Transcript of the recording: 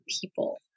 people